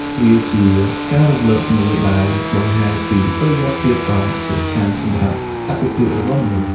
វាជាការរំលឹកមួយដែលបង្ហាញពីតុល្យភាពដ៏សំខាន់សម្រាប់អត្ថិភាពរបស់មនុស្ស។